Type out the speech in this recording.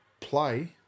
play